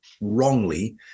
wrongly